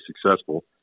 successful